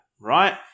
right